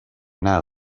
now